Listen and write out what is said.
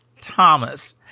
Thomas